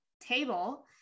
table